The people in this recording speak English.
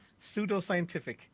pseudoscientific